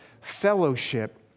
fellowship